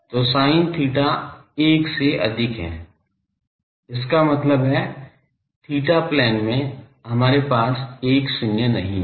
तो sin theta 1 से अधिक है इसका मतलब है थीटा प्लेन में हमारे पास एक शून्य नहीं है